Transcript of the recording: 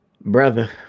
Brother